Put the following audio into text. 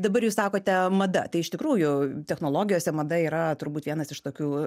dabar jūs sakote mada tai iš tikrųjų technologijose mada yra turbūt vienas iš tokių